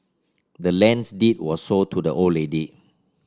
the land's deed was sold to the old lady